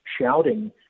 shouting